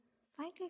slightly